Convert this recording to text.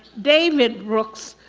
david brooks,